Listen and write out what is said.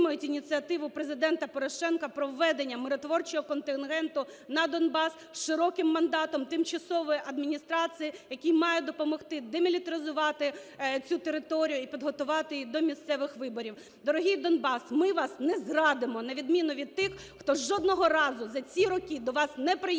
Дорогий Донбас, ми вас не зрадимо, на відміну від тих, хто жодного разу за ці роки до вас не приїхав…